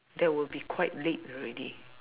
that will be quite late already